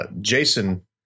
Jason